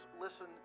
listen